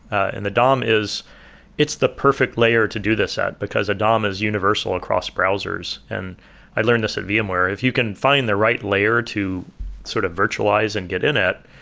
and the dom is it's the perfect layer to do this at, because a dom is universal across browsers and i learned this at vmware if you can find the right layer to sort of virtualize and get in it,